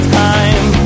time